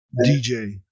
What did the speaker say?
DJ